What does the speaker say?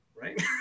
right